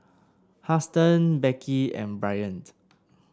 Huston Becky and Bryant